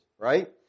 Right